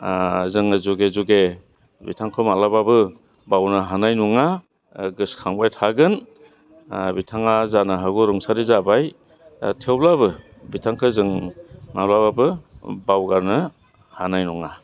जोङो जुगे जुगे बिथांखौ माब्लाबाबो बावनो हानाय नङा गोसखांबाय थागोन बिथाङा जानो हागौ रुंसारि जाबाय थेवब्लाबो बिथांखो जों माब्लाबाबो बावगारनो हानाय नङा